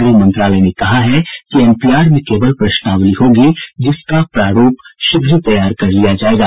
गृह मंत्रालय ने कहा है कि एन पी आर में केवल प्रश्नावली होगी जिसका प्रारूप शीघ्र तैयार कर लिया जाएगा